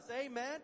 amen